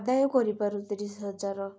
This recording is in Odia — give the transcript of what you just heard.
ଆଦାୟ କରିିବାରୁ ତିରିଶ ହଜାର